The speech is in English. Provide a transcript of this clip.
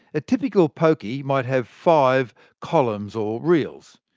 a typical pokie might have five columns, or reels.